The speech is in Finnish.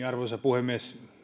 arvoisa puhemies